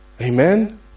Amen